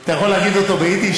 אתה יכול להגיד אותו ביידיש?